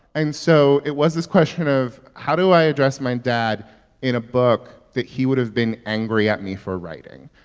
and so it was this question of, how do i address my dad in a book that he would have been angry at me for writing?